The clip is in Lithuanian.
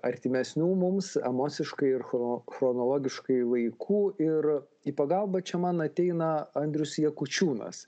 artimesnių mums emociškai ir chro chronologiškai laikų ir į pagalbą čia man ateina andrius jakučiūnas